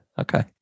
Okay